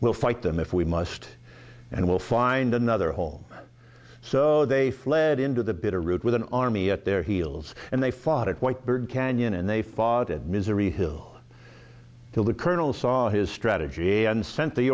will fight them if we must and will find another home so they fled into the bitterroot with an army at their heels and they fought it white bird canyon and they fought it misery hill till the colonel saw his strategy and sent the